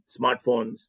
smartphones